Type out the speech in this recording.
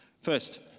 First